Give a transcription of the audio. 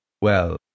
Well